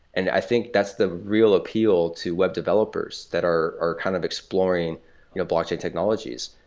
and i think that's the real appeal to web developers that are are kind of exploring you know blockchain technologies,